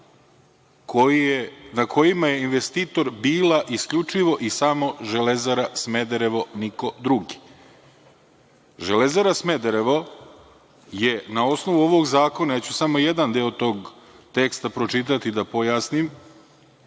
na kojima je investitor bila isključivo i samo „Železara Smederevo“, niko drugi.„Železara Smederevo“ je na osnovu ovog zakona, ja ću samo jedan deo tog teksta pročitati, da pojasnim,